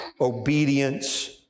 obedience